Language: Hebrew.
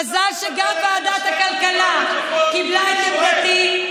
מזל שוועדת הכלכלה קיבלה את עמדתי.